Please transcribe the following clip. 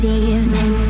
evening